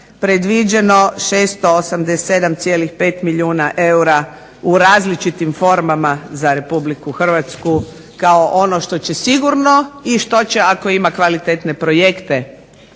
predviđeno 687,5 milijuna eura u različitim formama za RH kao ono što će sigurno i što će ako ima kvalitetne projekte